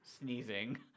sneezing